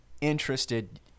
interested